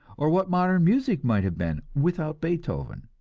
or what modern music might have been without beethoven.